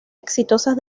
exitosas